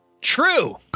True